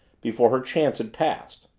before her chance had passed?